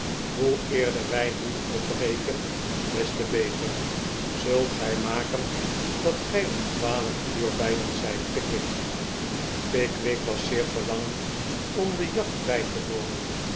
hoe eerderwij nu opbreken des te beter zulj gij maken dat gij om twaalf uur bij ons zijt pickwick pickwick was zeer verlangend om de jacht bij te wonen